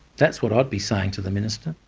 that's what i'd be saying to the minister.